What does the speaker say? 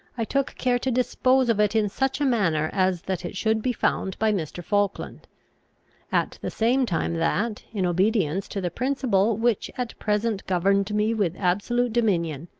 i took care to dispose of it in such a manner as that it should be found by mr. falkland at the same time that, in obedience to the principle which at present governed me with absolute dominion,